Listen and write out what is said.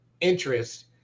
interest